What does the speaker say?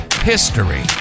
history